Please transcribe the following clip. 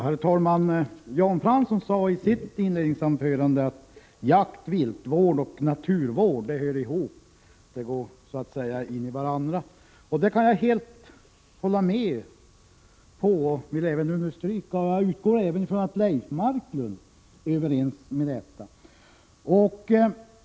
Herr talman! Jan Fransson sade i sitt inledningsanförande att jakt, viltvård och naturvård hör ihop. De går så att säga in i varandra. Det kan jag helt hålla med om och även understryka. Jag utgår från att Leif Marklund är överens med oss om detta.